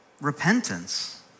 repentance